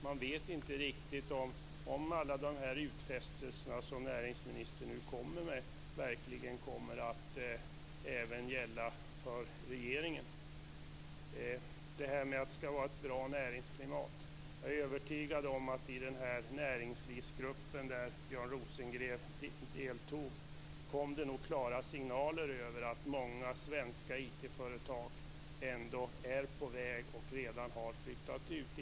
Man vet inte riktigt om alla utfästelser som näringsministern nu kommer med även kommer att gälla för regeringen. När det gäller ett bra näringsklimat är jag övertygad om att det i den näringslivsgrupp som Björn Rosengren deltog i kom klara signaler om att många svenska IT-företag är på väg att flytta ut eller redan har flyttat ut.